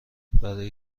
برا